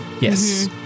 Yes